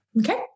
Okay